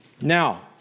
Now